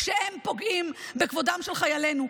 כשהם פוגעים בכבודם של חיילינו,